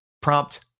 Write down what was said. prompt